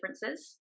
differences